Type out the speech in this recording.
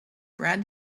brad